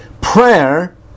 Prayer